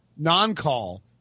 non-call